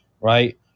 right